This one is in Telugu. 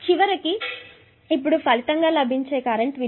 చివరకు ఇది ఇప్పుడు ఫలితంగా లభించే కరెంట్ విలువ